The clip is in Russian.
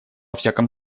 всяком